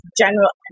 general